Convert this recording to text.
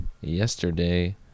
Yesterday